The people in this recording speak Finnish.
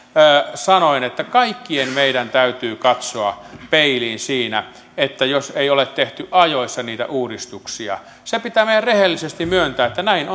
sanoin että kaikkien meidän täytyy katsoa peiliin siinä jos ei ole tehty ajoissa niitä uudistuksia se pitää meidän rehellisesti myöntää että näin